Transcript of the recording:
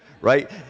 right